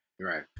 Right